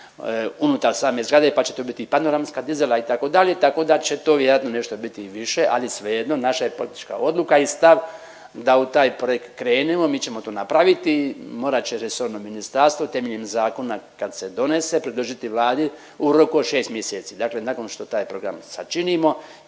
unutar same zgrade, pa će to biti panoramska dizala itd., tako da će to vjerojatno nešto biti i više, ali svejedno naša je politička odluka i stav da u taj projekt krenemo. Mi ćemo to napraviti, morat će resorno ministarstvo temeljem zakona kad se donese predložiti Vladi u roku od šest mjeseci. Dakle, nakon što taj program sačinimo